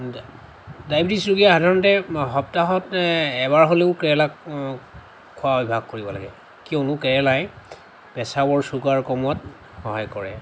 diabetes ৰোগীয়ে সাধাৰণতে সপ্তাহত এবাৰ হ'লেও কেৰেলা খোৱাৰ অভ্যাস কৰিব লাগে কিয়নো কেৰেলাই পেচাবৰ ছুগাৰ কমোৱাত সহায় কৰে